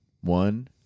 One